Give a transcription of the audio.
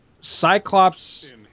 Cyclops